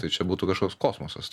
tai čia būtų kažkoks kosmosas